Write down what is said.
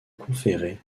conféré